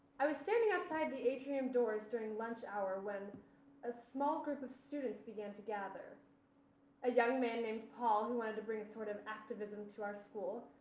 i was standing outside the atrium doors during lunch hour when a small group of students began to gather a young man named paul who wanted to bring a sort of activism to our school,